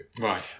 Right